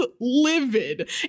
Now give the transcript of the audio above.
Livid